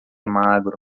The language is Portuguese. magro